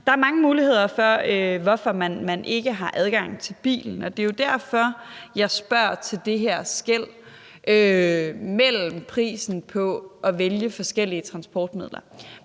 Der er mange muligheder, i forhold til hvorfor man ikke har adgang til bilen, og det er jo derfor, jeg spørger til den her forskel i prisen på at vælge forskellige transportmidler.